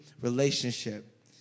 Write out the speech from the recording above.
relationship